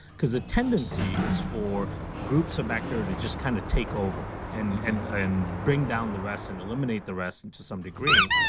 because the tendency is for groups of bacteria to just kind of take over and and and bring down the rest and eliminate the rest, and to some degree,